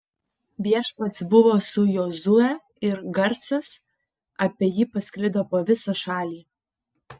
viešpats buvo su jozue ir garsas apie jį pasklido po visą šalį